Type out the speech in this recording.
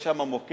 יש שם מוקד,